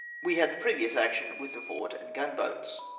we had the previous action with the fort and gun-boats.